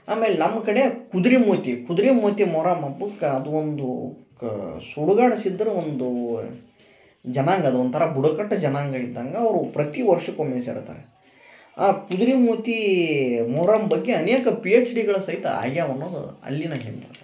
ಆಮೇಲೆ ನಮ್ಕಡೆ ಕುದುರೆ ಮೂತಿ ಕುದುರೆ ಮೂತಿ ಮೊಹರಮ್ ಹಬ್ಬಕಾ ಅದುವೊಂದು ಕ ಸುಡಗಾಡು ಸಿದ್ಧರ ಒಂದು ಜನಾಂಗ ಅದ ಒಂಥರ ಬುಡಕಟ್ಟು ಜನಾಂಗ ಇದ್ದಂಗ ಅವರು ಪ್ರತಿವರ್ಷಕ್ಕೊಮ್ಮೆ ಸೇರ್ತಾರ ಆ ಕುದುರೆ ಮೂತಿ ಮೊಹರಮ್ ಬಗ್ಗೆ ಅನೇಕ ಪಿ ಎಚ್ ಡಿಗಳು ಸಹಿತ ಆಗ್ಯವ ಅನ್ನೋದು ಅಲ್ಲಿನ ಹೆಮ್ಮೆ